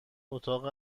اتاق